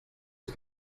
ist